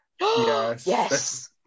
Yes